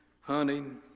hunting